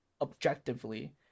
objectively